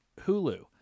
Hulu